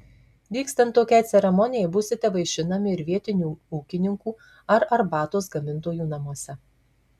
vykstant tokiai ceremonijai būsite vaišinami ir vietinių ūkininkų ar arbatos gamintojų namuose